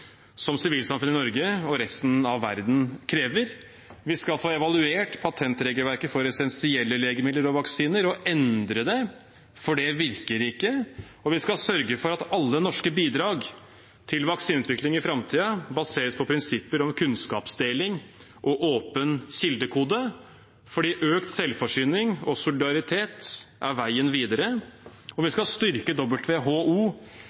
som sivilsamfunnet i Norge og resten av verden krever. Vi skal få evaluert patentregelverket for essensielle legemidler og vaksiner og endre det, for det virker ikke. Vi skal sørge for at alle norske bidrag til vaksineutvikling i framtida baseres på prinsipper om kunnskapsdeling og åpen kildekode, fordi økt selvforsyning og solidaritet er veien videre. Og vi skal styrke WHO